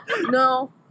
No